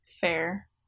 Fair